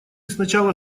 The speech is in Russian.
сначала